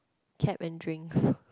cab and drinks